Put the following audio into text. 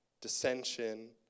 dissension